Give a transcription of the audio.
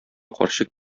карчык